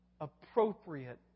appropriate